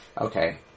Okay